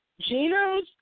Geno's